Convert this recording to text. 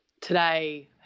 today